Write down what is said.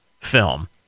film